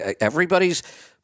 everybody's